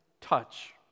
touch